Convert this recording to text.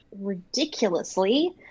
ridiculously